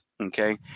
okay